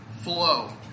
flow